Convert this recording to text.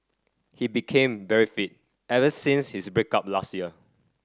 he became very fit ever since his break up last year